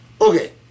Okay